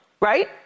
right